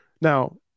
Now